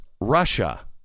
Russia